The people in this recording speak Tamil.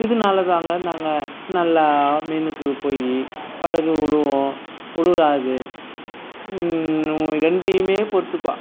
இதனால தாங்க நாங்கள் நல்லா முன்னுக்குப் போய் படகு விலுகும் விலுகாது ரெண்டையுமே பொறுத்துக்குவாள்